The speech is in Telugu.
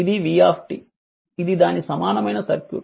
ఇది v ఇది దాని సమానమైన సర్క్యూట్